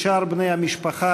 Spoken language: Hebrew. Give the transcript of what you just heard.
ושאר בני המשפחה,